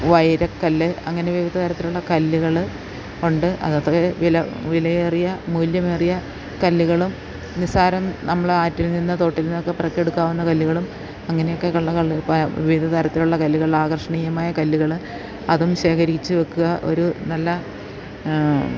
വൈരക്കല്ല് അങ്ങനെ വിവിധ തരത്തിലുള്ള കല്ലുകള് ഉണ്ട് അത് അത്ര വില വിലയേറിയ മൂല്യമേറിയ കല്ലുകളും നിസ്സാരം നമ്മള് ആറ്റിൽനിന്ന് തോട്ടിൽനിന്നൊക്കെ പെറുക്കിയെടുക്കാവുന്ന കല്ലുകളും അങ്ങനെയൊക്കെയുള്ള വിവിധ തരത്തിലുള്ള കല്ലുകള് ആകർഷണീയമായ കല്ലുകള് അതും ശേഖരിച്ചുവയ്ക്കുക ഒരു നല്ല